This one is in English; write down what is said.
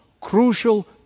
crucial